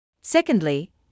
Secondly